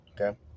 okay